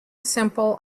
simple